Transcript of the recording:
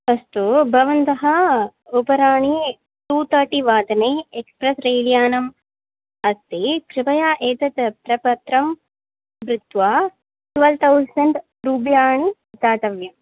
अस्तु भवन्तः उपराणि टु तर्टि वादने एक्स्प्रेस् रेल्यानम् अस्ति कृपया एतत् प्रपत्रं धृत्वा ट्वेल् तौसण्ड् रूप्यकाणि दातव्यम्